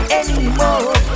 anymore